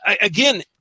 again